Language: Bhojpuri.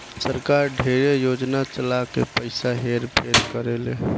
सरकार ढेरे योजना चला के पइसा हेर फेर करेले